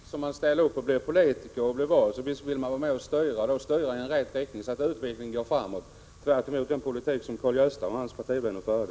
Herr talman! Visst vill man vara med och styra när man ställer upp och blir vald som politiker. Man vill styra i rätt riktning så att utvecklingen går framåt, tvärtemot den politik som Karl-Gösta Svenson och hans partivänner förde.